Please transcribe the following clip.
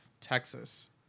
Texas